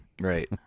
Right